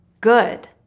good